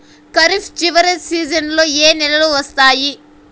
ఖరీఫ్ చివరి సీజన్లలో ఏ నెలలు వస్తాయి?